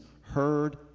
heard